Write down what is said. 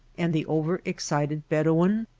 and the over-excited bedouin?